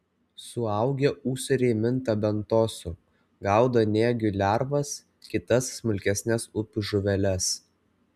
suaugę ūsoriai minta bentosu gaudo nėgių lervas kitas smulkesnes upių žuveles